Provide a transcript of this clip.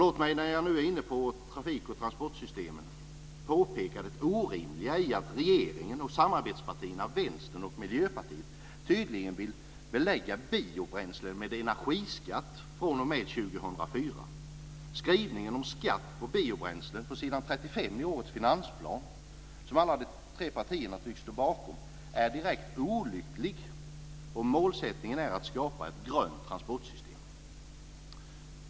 Låt mig när jag är inne på trafik och transportsystemen peka på det orimliga i att regeringen och samarbetetspartierna, Vänstern och Miljöpartiet, tydligen vill belägga biobränsle med energiskatt från 2004. Skrivningen om skatt på biobränsle på s. 35 i årets finansplan, som alla tre partierna tycks stå bakom, är direkt olycklig. Målsättningen är att skapa ett grönt transportsystem.